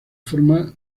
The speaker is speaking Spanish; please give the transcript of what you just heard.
forma